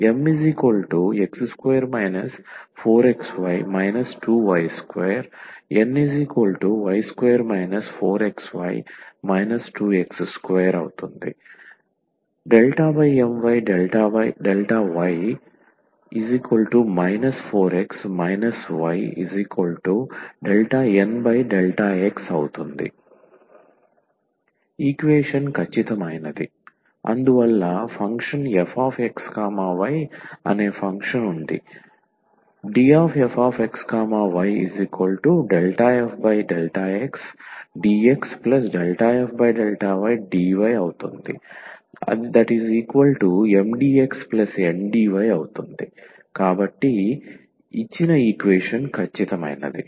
Mx2 4xy 2y2 Ny2 4xy 2x2 ∂M∂y 4x 4y∂N∂x equation ఖచ్చితమైనది అందువల్ల function fxy అనే function ఉంది dfxy∂f∂xdx∂f∂ydy MdxNdy కాబట్టి ఇచ్చిన ఈక్వేషన్ ఖచ్చితమైనది